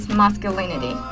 masculinity